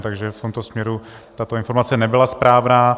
Takže v tomto směru tato informace nebyla správná.